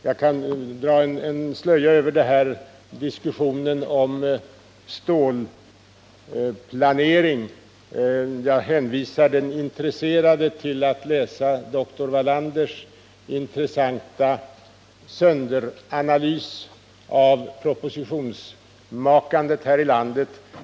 Jag skall dra en barmhärtighetens slöja över diskussionen om stålplaneringen. Jag hänvisar den intresserade till att läsa doktor Wallanders intressanta analys av prognosmakandet här i landet.